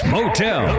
Motel